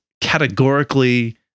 categorically